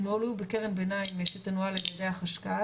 ינוהלו בקרן ביניים שתנוהל על ידי החשכ"ל,